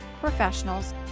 professionals